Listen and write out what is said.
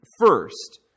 first